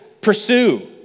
pursue